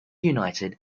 united